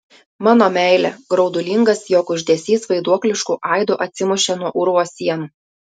mano meile graudulingas jo kuždesys vaiduoklišku aidu atsimušė nuo urvo sienų